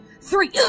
Three